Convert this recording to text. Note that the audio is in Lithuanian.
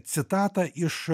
citatą iš